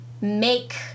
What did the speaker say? make